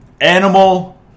Animal